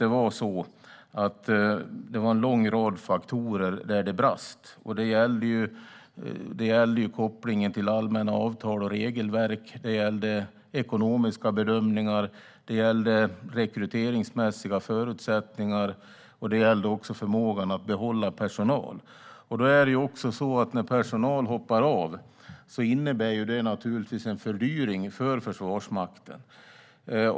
Det var en lång rad faktorer där det brast. Det gällde kopplingen till allmänna avtal och regelverk, det gällde ekonomiska bedömningar, det gällde rekryteringsmässiga förutsättningar och det gällde förmågan att behålla personal. När personal hoppar av innebär det naturligtvis en fördyring för Försvarsmakten.